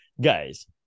guys